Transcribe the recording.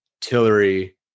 Tillery